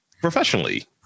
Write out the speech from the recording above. professionally